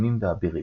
קוסמים ואבירים.